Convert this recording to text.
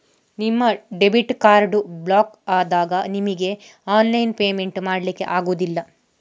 ನಿಮ್ಮ debit card block ಆದಾಗ ನಿಮಿಗೆ ಆನ್ಲೈನ್ ಪೇಮೆಂಟ್ ಮಾಡ್ಲಿಕ್ಕೆ ಆಗುದಿಲ್ಲ